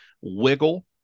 wiggle